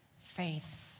faith